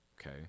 Okay